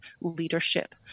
leadership